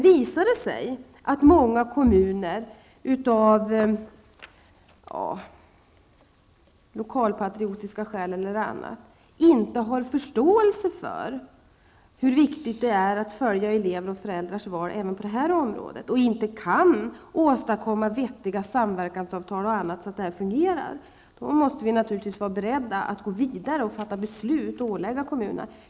Visar det sig att många kommuner, av lokalpatriotiska eller andra skäl, inte har förståelse för hur viktigt det är att följa elevers och föräldrars val och inte kan åstadkomma vettiga samverkansavtal så att önskemålen kan tillgodoses, måste vi naturligtvis vara beredda att gå vidare och fatta beslut om ett åläggande för kommunerna.